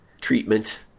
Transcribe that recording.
treatment